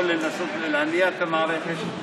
יכול לנסות להניע את המערכת,